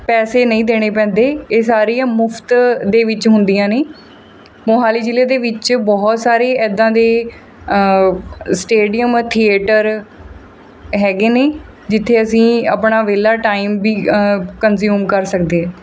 ਪੈਸੇ ਨਹੀਂ ਦੇਣੇ ਪੈਂਦੇ ਇਹ ਸਾਰੀਆਂ ਮੁਫ਼ਤ ਦੇ ਵਿੱਚ ਹੁੰਦੀਆਂ ਨੇ ਮੋਹਾਲੀ ਜ਼ਿਲ੍ਹੇ ਦੇ ਵਿੱਚ ਬਹੁਤ ਸਾਰੇ ਇੱਦਾਂ ਦੇ ਸਟੇਡੀਅਮ ਥੀਏਟਰ ਹੈਗੇ ਨੇ ਜਿੱਥੇ ਅਸੀਂ ਆਪਣਾ ਵਿਹਲਾ ਟਾਈਮ ਵੀ ਕੰਨਜ਼ਿਊਮ ਕਰ ਸਕਦੇ